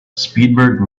speedbird